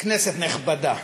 כנסת נכבדה,